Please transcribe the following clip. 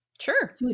sure